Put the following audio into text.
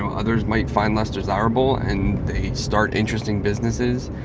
um others might find less desirable, and they start interesting businesses.